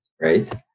right